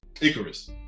Icarus